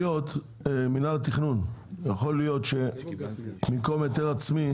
מינהל התכנון, יכול להיות שבמקום היתר עצמי